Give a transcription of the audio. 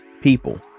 people